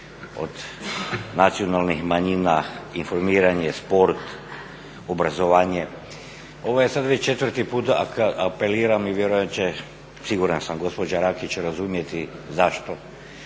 od nacionalnih manjina informiranje, sport, obrazovanje ovo je sada već četvrti put da apeliram i vjerujem da će siguran sam da će gospođa Rakić će razumjeti zašto,